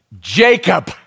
Jacob